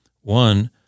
One